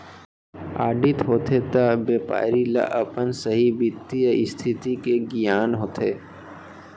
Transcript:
audit होथे त बेपारी ल अपन सहीं बित्तीय इस्थिति के गियान होथे